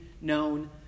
known